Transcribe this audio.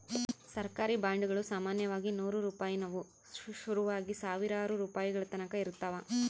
ಸರ್ಕಾರಿ ಬಾಂಡುಗುಳು ಸಾಮಾನ್ಯವಾಗಿ ನೂರು ರೂಪಾಯಿನುವು ಶುರುವಾಗಿ ಸಾವಿರಾರು ರೂಪಾಯಿಗಳತಕನ ಇರುತ್ತವ